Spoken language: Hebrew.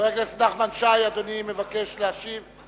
חבר הכנסת נחמן שי, אדוני מבקש להשיב?